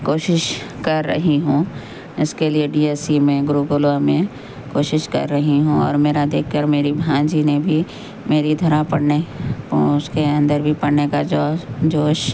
کوشش کر رہی ہوں اس کے لیے ڈی ایس سی میں گروکلا میں کوشش کر رہی ہوں اور میرا دیکھ کر میری بھانجی نے بھی میری طرح پڑھنے اس کے اندر بھی پڑھنے کا جو جوش